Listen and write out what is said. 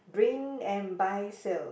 brain and buy sale